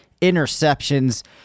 interceptions